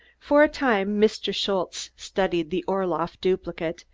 for a time mr. schultze studied the orloff duplicate,